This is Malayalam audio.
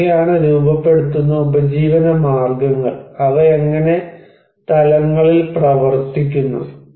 എന്തൊക്കെയാണ് രൂപപ്പെടുത്തുന്ന ഉപജീവനമാർഗ്ഗങ്ങൾ അവ എങ്ങനെ തലങ്ങളിൽ പ്രവർത്തിക്കുന്നു